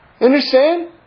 Understand